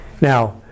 Now